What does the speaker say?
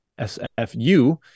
SFU